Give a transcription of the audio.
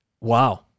wow